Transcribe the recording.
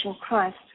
Christ